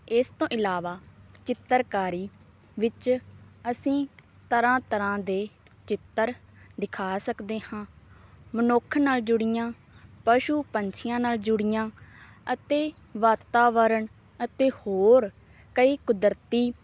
ਇਸ ਤੋਂ ਇਲਾਵਾ ਚਿੱਤਰਕਾਰੀ ਵਿੱਚ ਅਸੀਂ ਤਰ੍ਹਾਂ ਤਰ੍ਹਾਂ ਦੇ ਚਿੱਤਰ ਦਿਖਾ ਸਕਦੇ ਹਾਂ ਮਨੁੱਖ ਨਾਲ ਜੁੜੀਆਂ ਪਸ਼ੂ ਪੰਛੀਆਂ ਨਾਲ ਜੁੜੀਆਂ ਅਤੇ ਵਾਤਾਵਰਨ ਅਤੇ ਹੋਰ ਕਈ ਕੁਦਰਤੀ